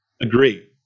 Agree